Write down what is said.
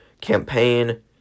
campaign